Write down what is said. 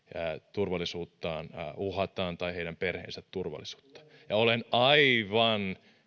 turvallisuuttaan tai heidän perheidensä turvallisuutta uhataan olen aivan